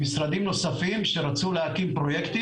ממשיכה להיות העיניים והמצפון של הציבור באזור נהריה בכל הקשור לחשיפה.